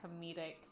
comedic